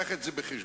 הבא את זה בחשבון,